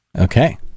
Okay